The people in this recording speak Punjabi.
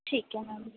ਠੀਕ ਹੈ ਮੈਮ